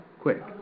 quick